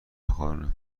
بخارونه